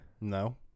No